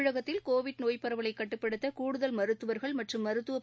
தமிழகத்தில் கோவிட் நோய் பரவலை கட்டுப்படுத்த கூடுதல் மருத்துவர்கள் மற்றும் மருத்துவப்